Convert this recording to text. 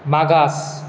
मागास